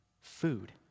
food